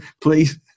please